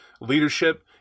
leadership